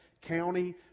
county